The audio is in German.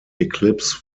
eclipse